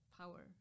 power